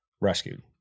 rescued